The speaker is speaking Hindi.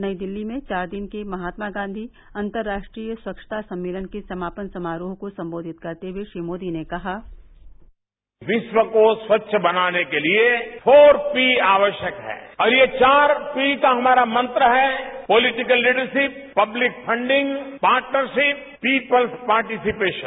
नई दिल्ली में चार दिन के महात्मा गांधी अंतर्राष्ट्रीय स्वच्छता सम्मेलन के समापन समारोह को संबोधित करते हुए श्री मोदी ने कहा विश्व को स्वच्छ बनाने के लिए फोर पी आवश्यक है और ये चार पी का हमाता मंत्र है political leadership public funding partnership people's participation